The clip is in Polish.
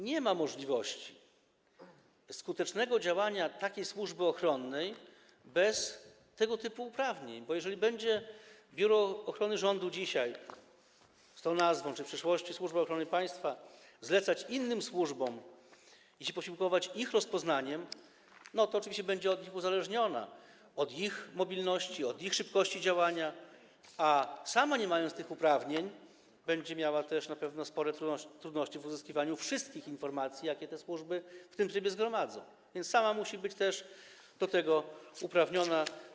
Nie ma możliwości skutecznego działania takiej służby ochronnej bez tego typu uprawnień, bo jeżeli Biuro Ochrony Rządu, dzisiaj z tą nazwą, czy w przyszłości Służba Ochrony Państwa, będzie zlecać to innym służbom i posiłkować się ich rozpoznaniem, to oczywiście będzie od nich uzależniona, od ich mobilności, od ich szybkości działania, a sama, nie mając tych uprawnień, będzie miała też na pewno spore trudności w uzyskiwaniu wszystkich informacji, jakie te służby w tym trybie zgromadzą, więc sama musi być do tego uprawniona.